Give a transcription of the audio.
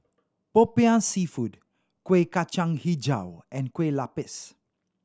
Popiah Seafood Kuih Kacang Hijau and Kueh Lupis